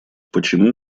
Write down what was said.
почему